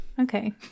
okay